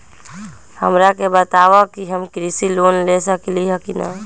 हमरा के बताव कि हम कृषि लोन ले सकेली की न?